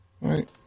Right